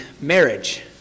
marriage